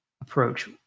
approach